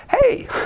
hey